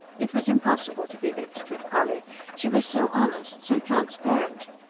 it was impossible to be vexed with polly she was so honest, so transparent.